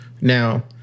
Now